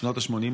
בשנות השמונים,